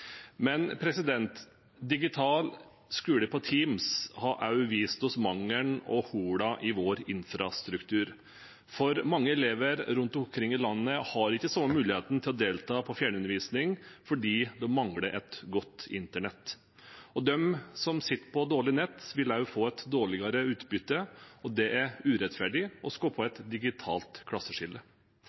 Men digital skole på Teams har også vist oss manglene og hullene i infrastrukturen vår. For mange elever rundt omkring i landet har ikke den samme muligheten til å delta på fjernundervisning, fordi de mangler en god internettforbindelse. De som sitter på dårlig nett, vil også få et dårligere utbytte, og det er urettferdig og skaper et digitalt klasseskille.